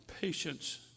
patience